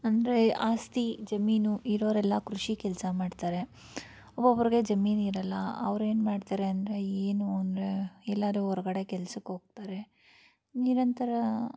ಅಂದರೆ ಆಸ್ತಿ ಜಮೀನು ಇರೋವ್ರೆಲ್ಲ ಕೃಷಿ ಕೆಲಸ ಮಾಡ್ತಾರೆ ಒಬ್ಬೊಬ್ರಿಗೆ ಜಮೀನು ಇರೋಲ್ಲ ಅವ್ರು ಏನು ಮಾಡ್ತಾರೆ ಅಂದರೆ ಏನು ಅಂದರೆ ಎಲ್ಲಾದ್ರು ಹೊರ್ಗಡೆ ಕೆಲ್ಸಕ್ಕೆ ಹೋಗ್ತಾರೆ ನಿರಂತರ